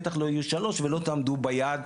בטח לא יהיו שלוש ולא תעמדו ביעד,